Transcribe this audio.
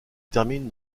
termine